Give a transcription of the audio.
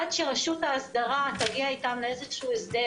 עד שרשות ההסדרה תגיע איתם לאיזשהו הסדר,